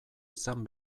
izan